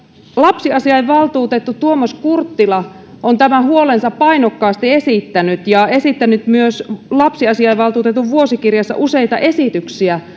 lapsiasiainvaltuutettu tuomas kurttila on tämän huolensa painokkaasti esittänyt ja esittänyt myös lapsiasiainvaltuutetun vuosikirjassa useita esityksiä